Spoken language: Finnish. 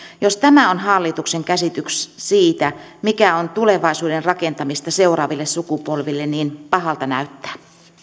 jos tämä on hallituksen käsitys siitä mikä on tulevaisuuden rakentamista seuraaville sukupolville niin pahalta näyttää